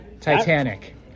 titanic